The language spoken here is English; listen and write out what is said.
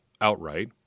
outright